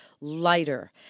lighter